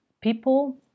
people